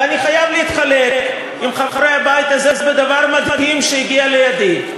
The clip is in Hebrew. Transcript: ואני חייב לחלוק עם חברי הבית הזה דבר מדהים שהגיע לידי.